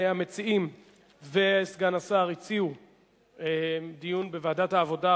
המציעים וסגן השר הציעו דיון בוועדת העבודה,